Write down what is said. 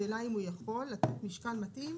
השאלה היא אם הוא יכול לתת משקל מתאים.